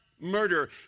Murder